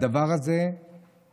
הדבר הזה מצריך